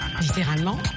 littéralement